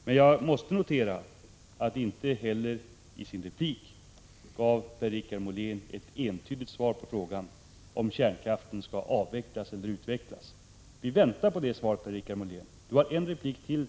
Men jag måste notera att Per-Richard Molén inte heller i sin replik gav ett entydigt svar på frågan om kärnkraften skall avvecklas eller utvecklas. Vi väntar på det svaret, Per-Richard Molén.